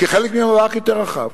כחלק ממאבק יותר רחב.